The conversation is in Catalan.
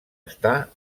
està